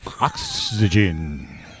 Oxygen